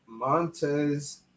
Montez